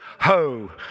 Ho